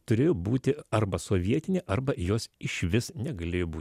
turųjo būti arba sovietinė arba jos išvis negalėjo būti